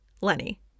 Lenny